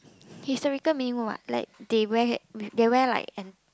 historical meaning what like they wear they wear like an